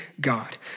God